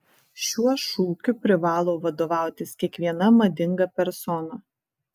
šiuo šūkiu privalo vadovautis kiekviena madinga persona